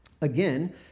Again